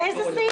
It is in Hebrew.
באיזה סעיף?